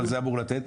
אבל זה אמור לתת.